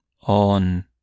On